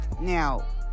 now